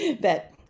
but-